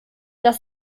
das